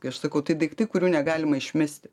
kai aš sakau tai daiktai kurių negalima išmesti